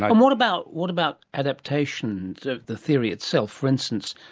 um what about what about adaptation, the the theory itself? for instance,